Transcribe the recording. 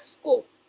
scope